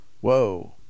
whoa